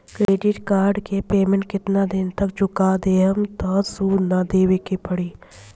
Credit card के payment केतना दिन तक चुका देहम त सूद ना देवे के पड़ी?